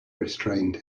restrained